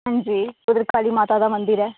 अंजी इद्धर काली माता दा मंदर ऐ